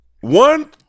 One